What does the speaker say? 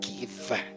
give